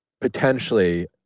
potentially